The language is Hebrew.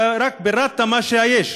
אתה רק פירטת מה שיש,